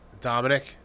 Dominic